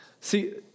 See